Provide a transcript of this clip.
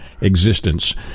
existence